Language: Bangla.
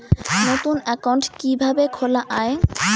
নতুন একাউন্ট কিভাবে খোলা য়ায়?